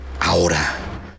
ahora